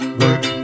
work